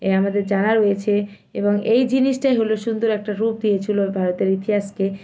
এ আমাদের জানা রয়েছে এবং এই জিনিসটাই হলো সুন্দর একটা রূপ দিয়েছিলো ভারতের ইতিহাসকে